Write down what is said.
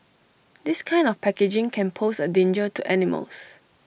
this kind of packaging can pose A danger to animals